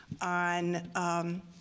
on